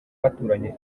baturanye